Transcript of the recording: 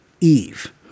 eve